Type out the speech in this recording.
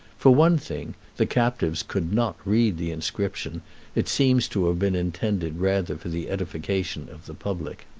for one thing, the captives could not read the inscription it seems to have been intended rather for the edification of the public.